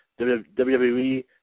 WWE